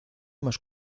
más